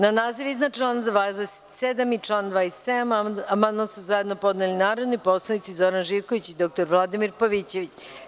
Na naziv iznadčlana 27. i član 27. amandman su zajedno podneli narodni poslanici Zoran Živković i dr Vladimir Pavićević.